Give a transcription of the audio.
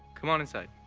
come on inside.